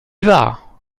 vas